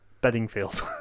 Beddingfield